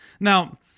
Now